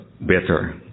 better